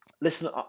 Listen